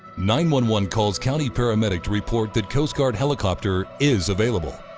nine one one calls county paramedic to report the coast guard helicopter is available.